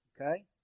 Okay